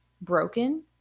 broken